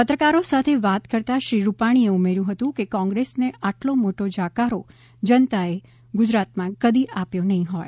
પત્રકારો સાથે વાત કરતાં શ્રી રૂપાણી એ ઉમેર્યું હતું કે કોંગ્રેસને આટલો મોટો જાકારો જનતા એ ગુજરાત માં કદી આપ્યો નહીં હોય